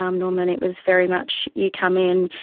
um norman, it was very much you come in,